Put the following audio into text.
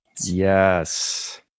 Yes